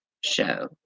show